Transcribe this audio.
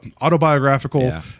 autobiographical